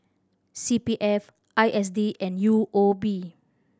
C P F I S D and U O B